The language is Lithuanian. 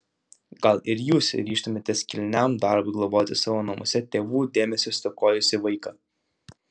gal ir jūs ryžtumėtės kilniam darbui globoti savo namuose tėvų dėmesio stokojusį vaiką